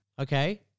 Okay